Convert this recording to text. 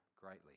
greatly